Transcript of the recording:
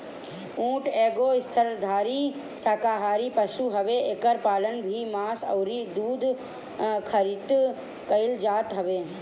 ऊँट एगो स्तनधारी शाकाहारी पशु हवे एकर पालन भी मांस अउरी दूध खारित कईल जात हवे